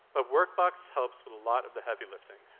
ah workbox helps with a lot of the heavy lifting.